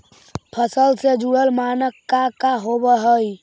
फसल से जुड़ल मानक का का होव हइ?